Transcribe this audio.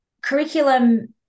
curriculum